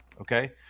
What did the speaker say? Okay